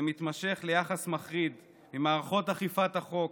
זה מתמשך ליחס מחריד ממערכות אכיפת החוק,